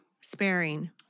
sparing